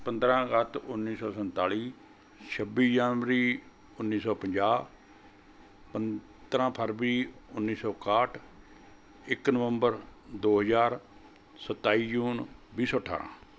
ਪੰਦਰਾਂ ਅਗਸਤ ਉੱਨੀ ਸੌ ਸੰਤਾਲੀ ਛੱਬੀ ਜਨਵਰੀ ਉੱਨੀ ਸੌ ਪੰਜਾਹ ਪੰਦਰਾਂ ਫਰਵਰੀ ਉੱਨੀ ਸੌ ਇਕਹਾਠ ਇੱਕ ਨਵੰਬਰ ਦੋ ਹਜ਼ਾਰ ਸਤਾਈ ਜੂਨ ਵੀਹ ਸੌ ਅਠਾਰਾਂ